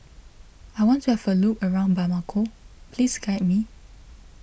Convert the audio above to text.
I want to have a look around Bamako please guide me